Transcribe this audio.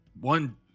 one